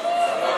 נתקבלה.